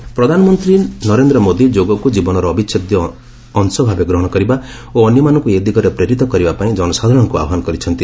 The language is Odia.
ପିଏମ୍ ଯୋଗା ପ୍ରଧାନମନ୍ତ୍ରୀ ନରେନ୍ଦ୍ର ମୋଦି ଯୋଗକୁ ଜୀବନର ଅବିଚ୍ଛେଦ୍ୟ ଅଂଶ ଭାବେ ଗ୍ରହଣ କରିବା ଓ ଅନ୍ୟମାନଙ୍କୁ ଏ ଦିଗରେ ପ୍ରେରିତ କରିବାପାଇଁ ଜନସାଧାରଣଙ୍କୁ ଆହ୍ୱାନ କରିଛନ୍ତି